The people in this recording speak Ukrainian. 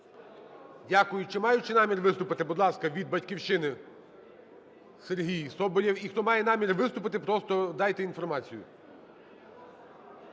Дякую. Чи мають ще намір виступити? Будь ласка, від "Батьківщини" Сергій Соболєв. І хто має намір виступити, просто дайте інформацію.